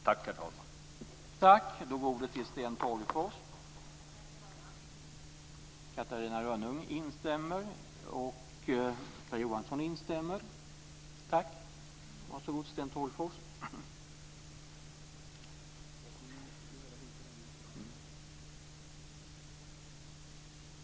Tack, herr talman!